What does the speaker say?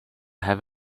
have